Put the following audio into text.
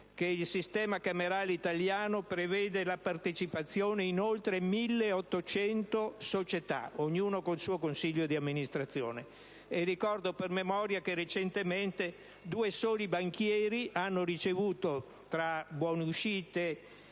che il sistema camerale italiano prevede la partecipazione in oltre 1.800 società, ognuna con il suo consiglio di amministrazione; e ricordo - sempre per memoria - che recentemente due soli banchieri hanno ricevuto tra buonuscite,